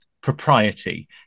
propriety